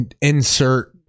insert